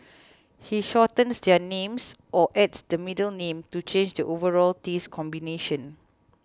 he shortens their names or adds the middle name to change the overall taste combination